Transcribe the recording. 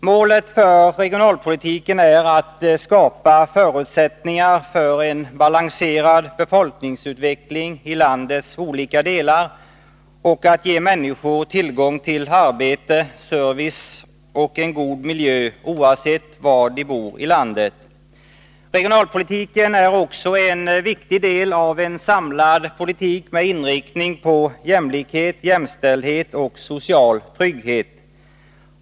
Målet för regionalpolitiken är att skapa förutsättningar för en balanserad befolkningsutveckling i landets olika delar och att ge människor tillgång till arbete, service och en god miljö oavsett var de bor i landet. Regionalpoli " tiken är också en viktig del av en samlad politik med inriktning på jämlikhet, jämställdhet och social trygghet.